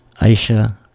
Aisha